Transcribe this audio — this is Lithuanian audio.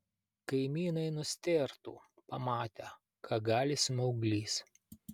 kaimynai nustėrtų pamatę ką gali smauglys